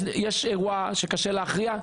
יש אירוע שקשה להכריע?